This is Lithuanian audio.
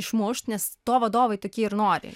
išmokti nes to vadovai tokie ir nori